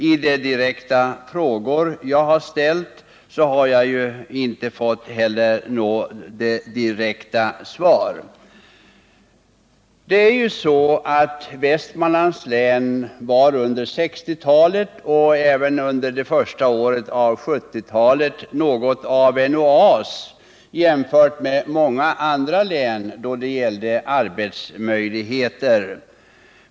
På de direkta frågor jag ställt har jag inte fått några direkta svar. Västmanlands län var ju under 1960-talet och även under det första åretav Nr 45 1970-talet något av en oas jämfört med många andra län då det gällde arbetsmöjligheter.